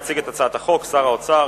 יציג את הצעת החוק שר האוצר,